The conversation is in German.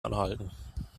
anhalten